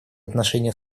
отношении